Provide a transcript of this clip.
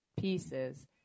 pieces